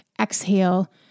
exhale